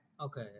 okay